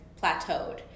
plateaued